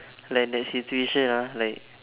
like in the situation ah like